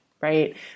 right